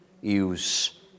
use